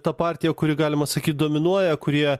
ta partija kuri galima sakyt dominuoja kurie